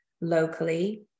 locally